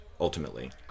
ultimately